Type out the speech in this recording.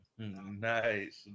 Nice